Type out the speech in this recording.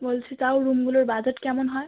বলছি তাও রুমগুলোর বাজেট কেমন হয়